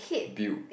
build